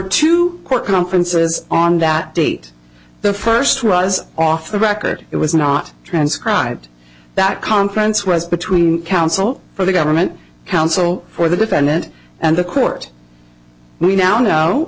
two court conferences on that date the first was off the record it was not transcribed that conference was between counsel for the government counsel for the defendant and the court and we now know